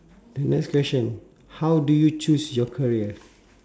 the next question how do you choose your career